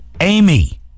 amy